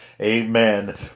amen